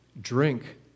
drink